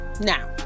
Now